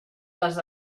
les